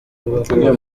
avuga